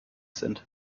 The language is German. sind